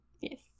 yes